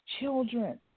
children